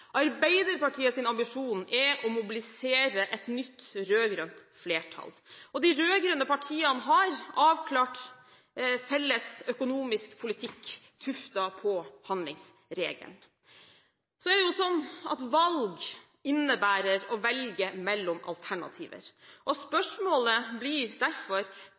ambisjon er å mobilisere et nytt rød-grønt flertall. De rød-grønne partiene har en avklart, felles økonomisk politikk, tuftet på handlingsregelen. Valg innebærer å velge mellom alternativer. Spørsmålet blir derfor: